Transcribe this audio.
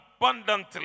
abundantly